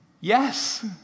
Yes